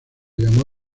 llamó